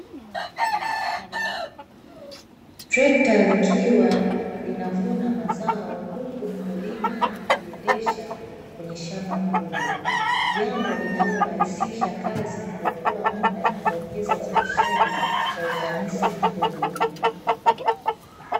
Trekta likiwa linavuna mazao huku mkulima akiliendesha kwenye shamba kubwa, jambo linalorahisisha kazi kuokoa muda na kuongeza uzalishaji kwa ufanisi mkubwa.